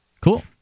Cool